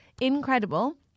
incredible